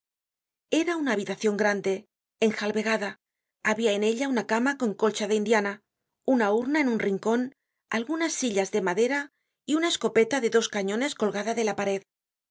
era una habitacion grande enjalbegada habia en ella una cama con colcha de indiana una urna en un rincon algunas sillas de madera y una escopeta de dos cañones colgada de la pared